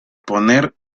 poner